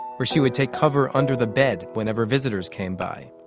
where she would take cover under the bed whenever visitors came by.